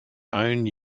own